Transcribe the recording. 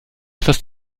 etwas